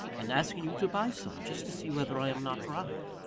and asking you to buy some, just to see whether i am not right?